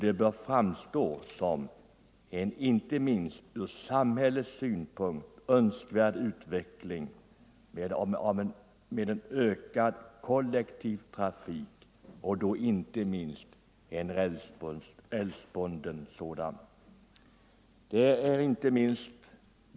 En ökad kollektivtrafik, inte minst en rälsbunden sådan, bör framstå som en önskvärd utveckling, framför allt från samhällets synpunkt. Det är bl.a. därför man blir bekymrad över de varslade inskränkningarna.